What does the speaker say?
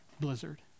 blizzard